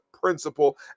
principle